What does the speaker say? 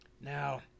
Now